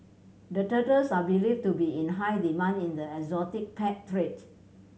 the turtles are believed to be in high demand in the exotic pet trade